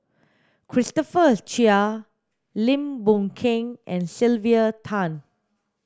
Christopher Chia Lim Boon Keng and Sylvia Tan